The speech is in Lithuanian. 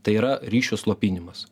tai yra ryšio slopinimas